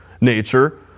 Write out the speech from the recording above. nature